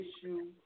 Issue